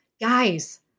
Guys